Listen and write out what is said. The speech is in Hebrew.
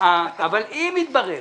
אבל אם יתברר